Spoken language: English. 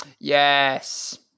Yes